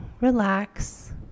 relax